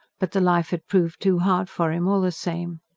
but the life had proved too hard for him, all the same.